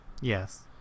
yes